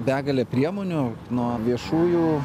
begalė priemonių nuo viešųjų